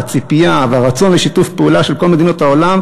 והציפייה והרצון לשיתוף פעולה של כל מדינות העולם,